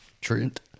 Trent